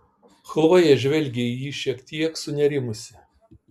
chlojė žvelgė į jį šiek tiek sunerimusi